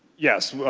yes,